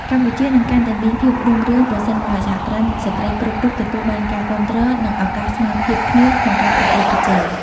កម្ពុជានឹងកាន់តែមានភាពរុងរឿង ប្រសិនបើសហគ្រិនស្ត្រីគ្រប់រូបទទួលបានការគាំទ្រ និងឱកាសស្មើភាពគ្នាក្នុងការប្រកួតប្រជែង។